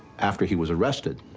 after he was arrested,